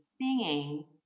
singing